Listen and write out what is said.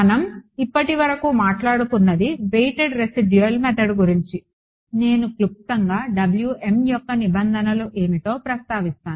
మనం ఇప్పటి వరకు మాట్లాడుకున్నది వెయిటెడ్ రెసిడ్యూల్ మెథడ్ గురించి నేను క్లుప్తంగా యొక్క నిబంధనలు ఏమిటో ప్రస్తావిస్తాను